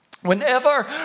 Whenever